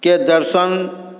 के दर्शन